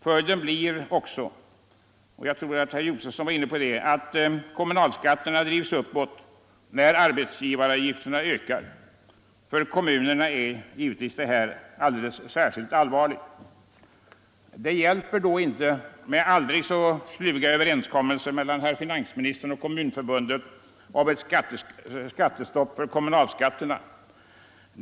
Följden blir också — jag tror att herr Josefson var inne på det — att kommunalskatterna drivs uppåt när arbetsgivaravgifterna ökar. För kommunerna är det här givetvis alldeles särskilt allvarligt. Det hjälper då inte med aldrig så sluga överenskommelser mellan herr finansministern och Kommunförbundet om ett skattestopp för kommunalskatterna.